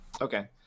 Okay